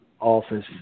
office